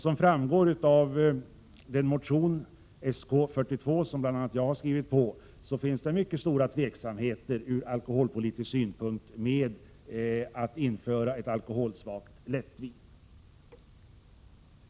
Som framgår av den motion, Sk42, som bl.a. jag har skrivit på, finns det mycket stora tveksamheter ur alkoholpolitisk synpunkt mot att införa ett alkoholsvagt lättvin.